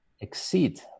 exceed